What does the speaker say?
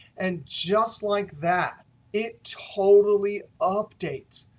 and just like that it totally updates.